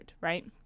right